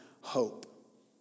hope